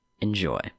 enjoy